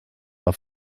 auf